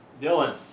Dylan